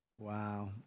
Wow